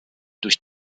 durch